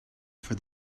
for